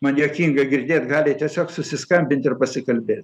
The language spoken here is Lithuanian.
man juokinga girdėt gali tiesiog susiskambinti ir pasikalbėt